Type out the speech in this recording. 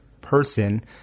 person